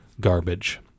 garbage